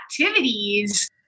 activities